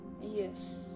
yes